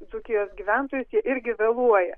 dzūkijos gyventojus jie irgi vėluoja